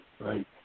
right